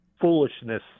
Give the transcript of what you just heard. foolishness